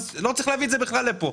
לא צריך להביא את זה בכלל לפה.